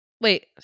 Wait